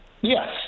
Yes